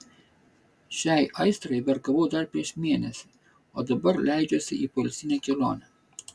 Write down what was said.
šiai aistrai vergavau dar prieš mėnesį o dabar leidžiuosi į poilsinę kelionę